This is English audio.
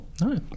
No